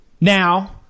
Now –